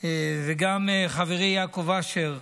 וגם חברי יעקב אשר,